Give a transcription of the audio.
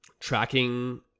Tracking